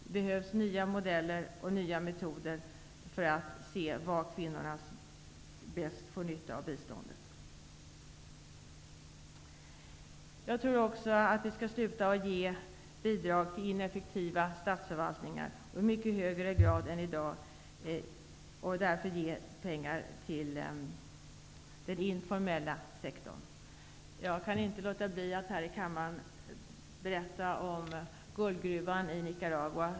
Det behövs nya modeller och nya metoder för att se till att kvinnorna får bäst nytta av biståndet. Jag tror också att vi skall sluta att ge bidrag till ineffektiva statsförvaltningar och i mycket högre grad än i dag ge pengar till den informella sektorn. Jag kan inte låta bli att här i kammaren berätta om guldgruvan i Nicaragua.